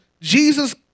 Jesus